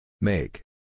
Make